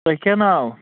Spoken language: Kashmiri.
تۄہہِ کیٛاہ ناو